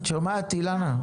את שומעת, אילנה.